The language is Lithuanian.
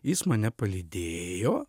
jis mane palydėjo